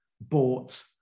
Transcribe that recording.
bought